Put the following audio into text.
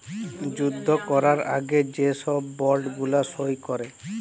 যুদ্ধ ক্যরার আগে যে ছব বল্ড গুলা সই ক্যরে